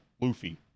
luffy